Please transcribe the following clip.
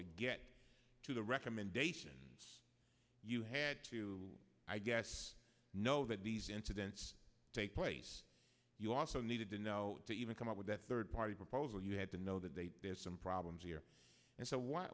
to get to the recommendation you had to i guess know that these incidents take place you also needed to know to even come up with that third party proposal you had to know the date there's some problems here and so